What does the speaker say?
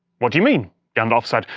what do you mean gandalf said.